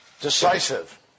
decisive